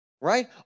Right